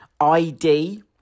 ID